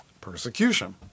persecution